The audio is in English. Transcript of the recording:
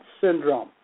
syndrome